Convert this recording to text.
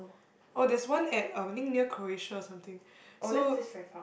oh there's one at I think near Qureshian or something so